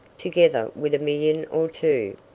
together with a million or two,